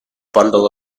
bundle